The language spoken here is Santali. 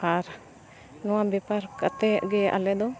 ᱟᱨ ᱱᱚᱣᱟ ᱵᱮᱯᱟᱨ ᱠᱟᱛᱮᱫ ᱜᱮ ᱟᱞᱮ ᱫᱚ